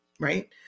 right